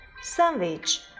Sandwich